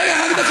איזה חוצפה.